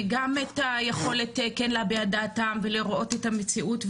גם את היכולת להביע את דעתם ולהראות את המציאות,